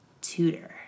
Tutor